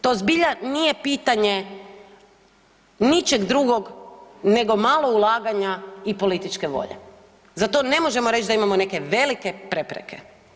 To zbilja nije pitanje ničeg drugog nego malo ulaganja i političke volje, za to ne možemo reći da imamo neke velike prepreke.